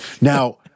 Now